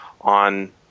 on